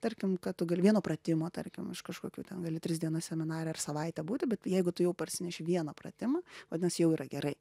tarkim ką tu gali vieno pratimo tarkim iš kažkokių ten gali tris dienas seminare ar savaitę būti bet jeigu tu jau parsineši vieną pratimą vadinas jau yra gerai